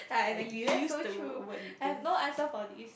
ya exactly that's so true I have no answer for this